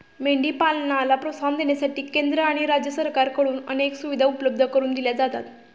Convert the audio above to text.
मेंढी पालनाला प्रोत्साहन देण्यासाठी केंद्र आणि राज्य सरकारकडून अनेक सुविधा उपलब्ध करून दिल्या जातात